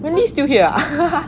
wendy still here ah